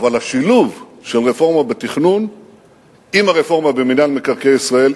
אבל השילוב של רפורמה בתכנון עם הרפורמה במינהל מקרקעי ישראל,